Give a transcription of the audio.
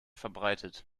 verbreitet